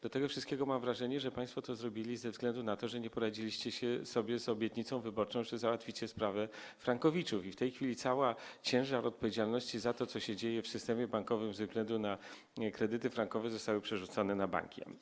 Do tego wszystkiego mam wrażenie, że państwo to zrobili ze względu na to, że nie poradziliście sobie z obietnicą wyborczą, że załatwicie sprawę frankowiczów, i w tej chwili cały ciężar odpowiedzialności za to, co się dzieje w systemie bankowym ze względu na kredyty frankowe, został przerzucony na banki.